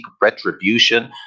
retribution